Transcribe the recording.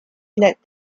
let